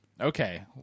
Okay